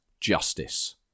Justice